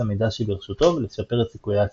המידע שברשותו ולשפר את סיכויי ההצלחה.